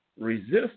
resist